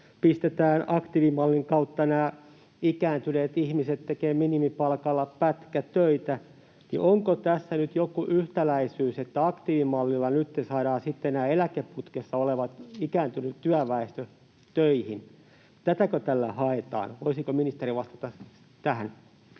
pistetään aktiivimallin kautta nämä ikääntyneet ihmiset tekemään minimipalkalla pätkätöitä. Onko tässä nyt joku yhtäläisyys, että aktiivimallilla nytten saadaan eläkeputkessa oleva ikääntynyt työväestö töihin? Tätäkö tällä haetaan? Voisiko ministeri vastata tähän?